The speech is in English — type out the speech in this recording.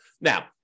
Now